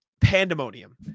Pandemonium